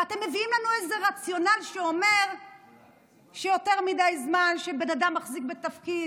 ואתם מביאים איזה רציונל שאומר שיותר מדי זמן שבן אדם מחזיק בתפקיד,